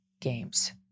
games